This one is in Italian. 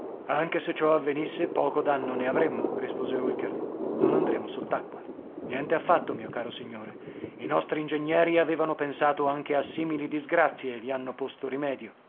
anche se ciò avvenisse poco danno ne avremmo rispose holker non andremo sott'acqua niente affatto mio caro signore i nostri ingegneri avevano pensato anche a simili disgrazie e vi hanno posto rimedio